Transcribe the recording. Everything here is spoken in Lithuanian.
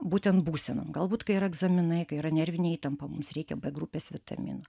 būtent būsenom galbūt kai yra egzaminai kai yra nervinė įtampa mums reikia b grupės vitaminų